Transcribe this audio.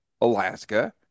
Alaska